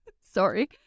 Sorry